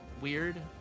weird